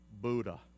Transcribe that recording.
Buddha